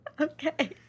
Okay